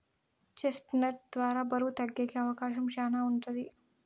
chest నట్ ద్వారా బరువు తగ్గేకి అవకాశం శ్యానా ఉంటది